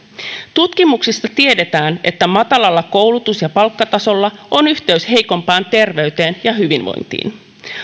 tutkimuksista tiedetään että matalalla koulutus ja palkkatasolla on yhteys heikompaan terveyteen ja hyvinvointiin